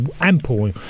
ample